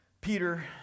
Peter